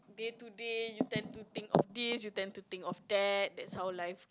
day to day you tend to think of this you tend to think of that that's how life